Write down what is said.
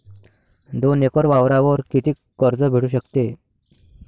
दोन एकर वावरावर कितीक कर्ज भेटू शकते?